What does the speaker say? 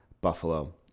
Buffalo